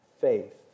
faith